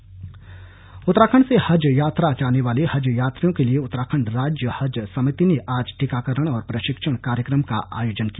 हज टीकाकरण उत्तराखंड से हज यात्रा जाने वाले हज यात्रियों के लिए उत्तराखंड राज्य हज समिति ने आज टीकाकरण और प्रशिक्षण कार्यक्रम का आयोजन किया